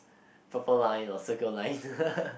purple line or Circle Line